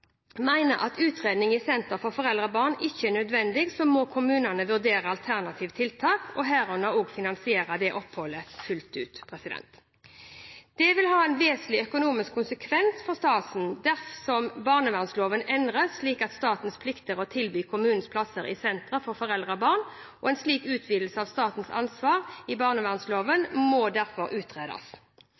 at utredning i sentre for foreldre og barn ikke er nødvendig, må kommunene vurdere alternative tiltak, herunder også å finansiere oppholdet fullt ut. Det vil ha vesentlige økonomiske konsekvenser for staten dersom barnevernsloven endres slik at staten plikter å tilby kommunene plasser i sentre for foreldre og barn. En slik utvidelse av statens ansvar i barnevernsloven må derfor utredes.